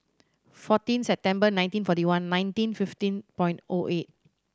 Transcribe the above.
fourteen September nineteen forty one nineteen fifteen point O eight